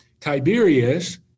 Tiberius